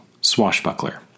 Swashbuckler